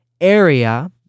area